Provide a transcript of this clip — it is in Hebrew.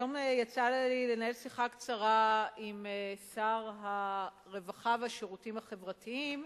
היום יצא לי לנהל שיחה קצרה עם שר הרווחה והשירותים החברתיים,